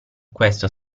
questo